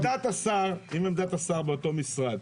אם עמדת השר באותו משרד,